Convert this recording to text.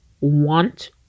want